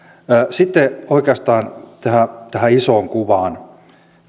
sitten oikeastaan tähän isoon kuvaan